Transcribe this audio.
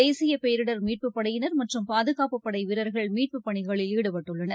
தேசியபேரிடர் மீட்புப்படையினர் மற்றும் பாதுகாப்புப்படைவீரர்கள் மீட்புப்பணிகளில் ஈடுபட்டுள்ளனர்